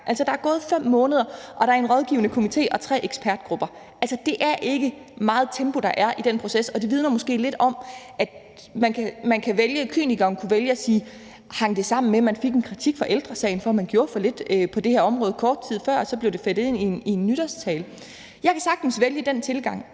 der er gået 5 måneder, og der er en rådgivende komité og tre ekspertgrupper. Det er ikke meget tempo, der er i den proces, og kynikeren kunne vælge at spørge, om det hang sammen med, at man kort tid før havde fået kritik fra Ældre Sagen for, at man gjorde for lidt på det her område, og så blev det fedtet ind i en nytårstale. Jeg kan sagtens vælge den tilgang,